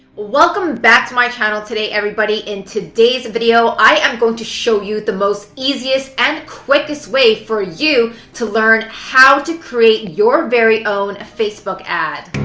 welcome back to my channel today, everybody. in today's video, i am going to show you the most easiest and quickest way for you to learn how to create your very own facebook ad.